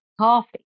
coffee